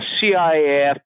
CIA